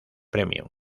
premium